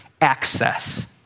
access